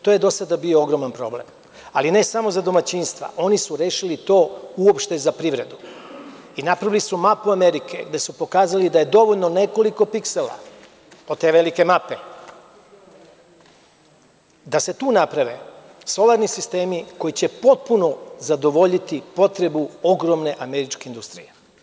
To je do sada bio ogroman problem, ali ne samo za domaćinstva, oni sugerišu to uopšte i za privredu i napravili su mapu Amerike gde su pokazali da je dovoljno nekoliko piksela od te velike mape da se tu naprave solarni sistemi koji će potpuno zadovoljiti potrebu ogromne američke industrije.